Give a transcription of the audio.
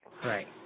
Right